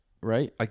right